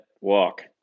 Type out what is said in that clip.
walk